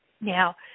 Now